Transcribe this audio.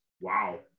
Wow